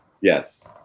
Yes